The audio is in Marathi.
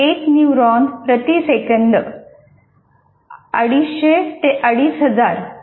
एक न्यूरॉन प्रति सेकंद 250 ते 2500 संदेश प्रसारित करू शकतो